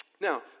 Now